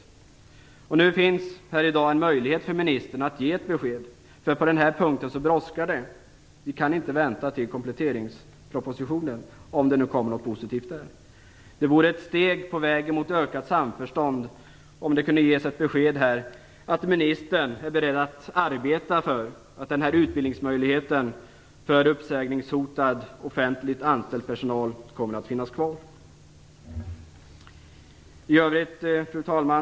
I dag har ministern en möjlighet att ge ett besked. På den här punkten brådskar det. Vi kan inte vänta på kompletteringspropositionen för att se om den innehåller något positivt. Det vore ett steg på väg mot ökat samförstånd om det kunde ges ett besked här om att ministern är beredd att arbeta för att den här utbildningsmöjligheten för uppsägningshotad offentligt anställd personal kommer att finns kvar. Fru talman!